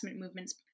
movements